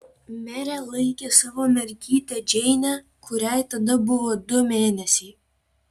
merė laikė savo mergytę džeinę kuriai tada buvo du mėnesiai